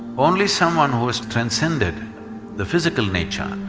only someone, who has transcended the physical nature,